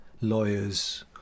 lawyers